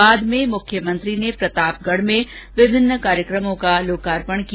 बाद में मुख्यमंत्री ने प्रतापगढ में विभिन्न कार्यकमों का लोकार्पण किया